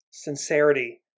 sincerity